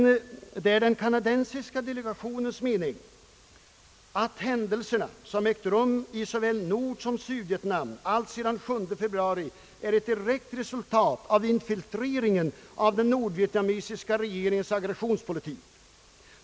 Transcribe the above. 8. Det är den kanadensiska delegationens mening att de händelser som ägt rum i såväl Nordsom Sydvietnam allt Ang. Sveriges utrikespolitik sedan den 7 februari är ett direkt resultat av intensifieringen av den nordvietnamesiska regeringens aggressionspolitik.